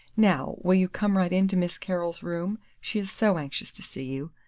now, will you come right in to miss carol's room, she is so anxious to see you?